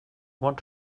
want